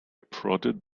prodded